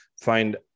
find